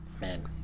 man